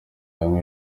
bamwe